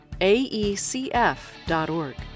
aecf.org